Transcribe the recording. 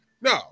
No